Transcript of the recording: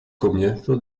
comienzo